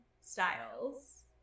styles